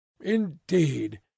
Indeed